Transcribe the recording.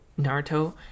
Naruto